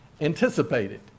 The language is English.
anticipated